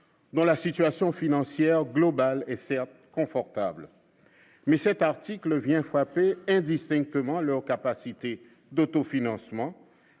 dont la situation financière globale est certes confortable. Le problème est que cet article frappe indistinctement leur capacité d'autofinancement,